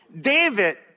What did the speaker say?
David